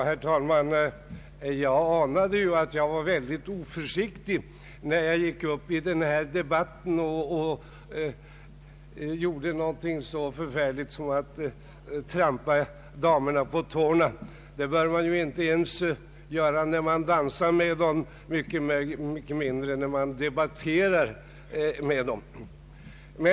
Herr talman! Jag anade att det var väldigt oförsiktigt av mig när jag gick upp i den här debatten och gjorde någonting så förfärligt som att trampa damerna på tårna — det bör man ju inte ens göra när man dansar med dem, mycket mindre när man debatterar med dem.